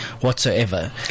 whatsoever